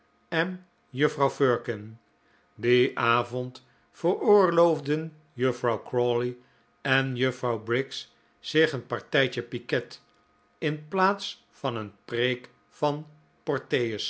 en juffrouw firkin dien avond veroorloofden juffrouw crawley en juffrouw briggs zich een partijtje piquet in plaats van een preek van